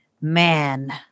man